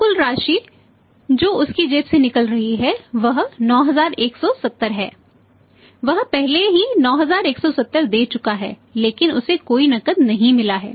तो कुल राशि जो उसकी जेब से निकल रही है वह 9170 है वह पहले ही 9170 दे चुका है लेकिन उसे कोई नकद नहीं मिला है